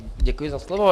Děkuji za slovo.